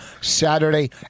Saturday